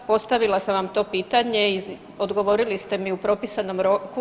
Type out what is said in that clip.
Postavila sam vam to pitanje, odgovorili ste mi u propisanom roku.